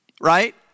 Right